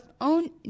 own